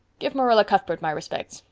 give marilla cuthbert my respects.